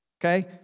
Okay